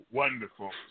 wonderful